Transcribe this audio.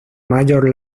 major